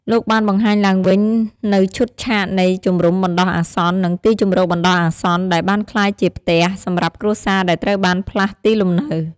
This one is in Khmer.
លោកបានបង្ហាញឡើងវិញនូវឈុតឆាកនៃ ជំរុំបណ្ដោះអាសន្ន និងទីជម្រកបណ្ដោះអាសន្ន ដែលបានក្លាយជា "ផ្ទះ" សម្រាប់គ្រួសារដែលត្រូវបានផ្លាស់ទីលំនៅ។